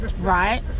right